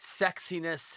sexiness